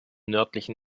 nördlichen